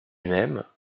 même